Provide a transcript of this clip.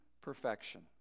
perfection